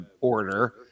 order